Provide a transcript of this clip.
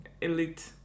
elite